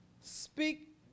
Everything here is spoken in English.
speak